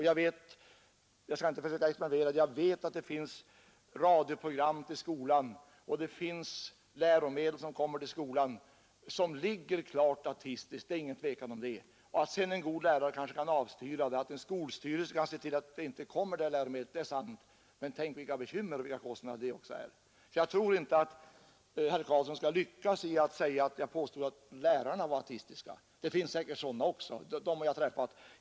Jag vet — jag skall inte 43 försöka exemplifiera att det finns radioprogram för skolan och läromedel som ligger klart ateistiskt — det är inget tvivel om det. Att sedan en god lärare kanske kan avstyra sådana här saker och att en skolstyrelse kan se till att läromedel av det här slaget inte kommer till skolan är sant. Men tänk vilka bekymmer och vilka kostnader det också innebär! Jag tror inte att herr Carlsson skall lyckas med sitt påstående att jag skulle ha sagt att lärarna är ateistiska. Det finns säkerligen sådana också en del har jag träffat.